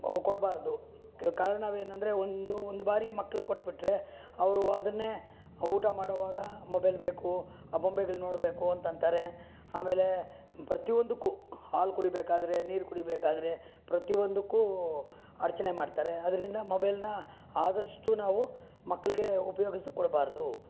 ಕೊಡಬಾರ್ದು ಕಾರಣವೇನಂದರೆ ಒಂದು ಒಂದು ಬಾರಿ ಮಕ್ಳಿಗೆ ಕೊಟ್ಟುಬಿಟ್ರೆ ಅವರು ಅದನ್ನೇ ಊಟ ಮಾಡೋವಾಗ ಮೊಬೈಲ್ ಬೇಕು ಬೊಂಬೆಗಳು ನೋಡಬೇಕು ಅಂತ ಅಂತಾರೆ ಆಮೇಲೆ ಪ್ರತಿ ಒಂದಕ್ಕೂ ಹಾಲು ಕುಡಿಬೇಕಾದರೆ ನೀರು ಕುಡಿಬೇಕಾದರೆ ಪ್ರತಿ ಒಂದಕ್ಕೂ ಅಡಚಣೆ ಮಾಡ್ತಾರೆ ಅದ್ರಿಂದ ಮೊಬೈಲನ್ನ ಆದಷ್ಟು ನಾವು ಮಕ್ಕಳಿಗೆ ಉಪಯೋಗಿಸೋಕೆ ಕೊಡಬಾರ್ದು